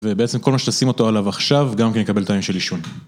ובעצם כל מה שתשים אותו עליו עכשיו, גם כן נקבל תאים של עישון